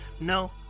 No